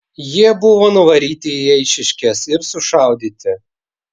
jie buvo nuvaryti į eišiškes ir sušaudyti